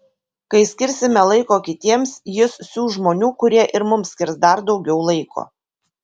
kai skirsime laiko kitiems jis siųs žmonių kurie ir mums skirs dar daugiau laiko